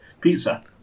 Pizza